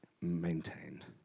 maintained